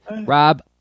Rob